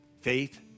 faith